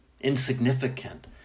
insignificant